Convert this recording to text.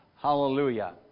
Hallelujah